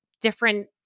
different